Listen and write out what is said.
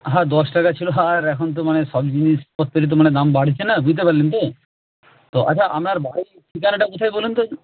হ্যাঁ দশ টাকা ছিলো আর এখন তো মানে সব জিনিসপত্রেরই তো মানে দাম বাড়ছে না বুঝতে পারলেন তো আচ্ছা আপনার বাড়ির ঠিকানাটা কোথায় বলুন তো একটু